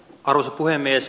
arvoisa puhemies